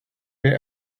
der